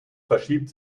verschiebt